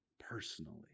personally